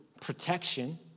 protection